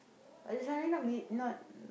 additionally not me not